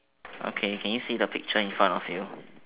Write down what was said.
okay can you see the picture in front of you